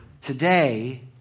Today